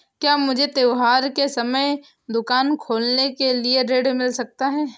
क्या मुझे त्योहार के समय दुकान खोलने के लिए ऋण मिल सकता है?